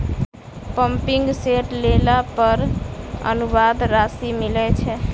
Pumping set लेला पर अनुदान राशि मिलय छैय?